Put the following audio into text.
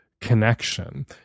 connection